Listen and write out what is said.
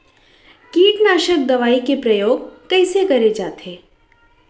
कीटनाशक दवई के प्रयोग कइसे करे जाथे?